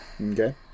Okay